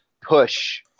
push